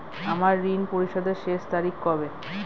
আমার ঋণ পরিশোধের শেষ তারিখ কবে?